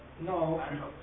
No